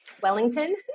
Wellington